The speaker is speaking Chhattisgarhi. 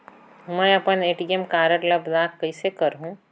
मै अपन ए.टी.एम कारड ल ब्लाक कइसे करहूं?